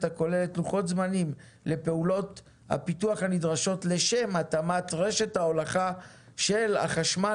הכוללת לוחות זמנים לפעולות הפיתוח הנדרשות לשם התאמת רשת ההולכה של החשמל